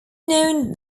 known